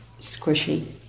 squishy